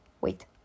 Wait